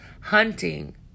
Hunting